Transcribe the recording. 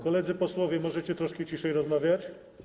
Koledzy posłowie, możecie troszkę ciszej rozmawiać?